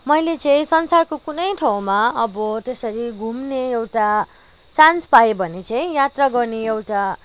मैले चाहिँ संसारको कुनै ठाउँमा अब त्यसरी घुम्ने एउटा चान्स पाएँ भने चाहिँ यात्रा गर्ने एउटा